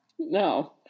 No